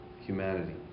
humanity